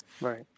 Right